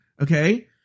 okay